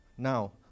Now